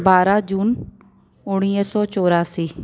ॿारहं जून उणिवीह सौ चौरासी